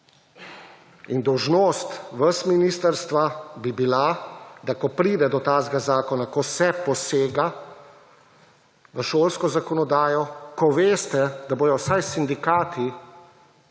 In dolžnost vas, ministrstva, bi bila, da ko pride do takega zakona, ko se posega v šolsko zakonodajo, ko veste, da bodo vsaj sindikati